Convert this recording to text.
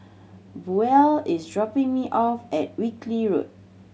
Buel is dropping me off at Wilkie Road